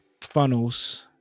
Funnels